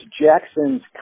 Jackson's